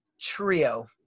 Trio